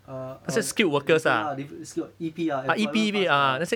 uh uh di~ different lah dif~ skilled what E_P ah employment pass ya